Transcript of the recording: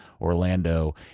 Orlando